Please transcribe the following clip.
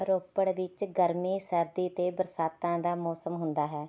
ਰੋਪੜ ਵਿੱਚ ਗਰਮੀ ਸਰਦੀ ਅਤੇ ਬਰਸਾਤਾਂ ਦਾ ਮੌਸਮ ਹੁੰਦਾ ਹੈ